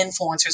influencers